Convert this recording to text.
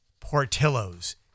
Portillo's